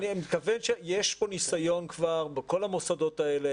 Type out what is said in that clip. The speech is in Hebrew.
אני מתכוון שיש פה ניסיון כבר בכל המוסדות האלה.